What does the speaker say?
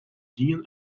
dean